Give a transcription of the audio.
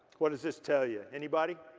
what does this tell you? anybody?